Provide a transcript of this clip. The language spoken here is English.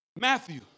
Matthew